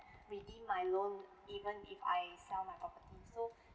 redeem my loan even if I sell my property so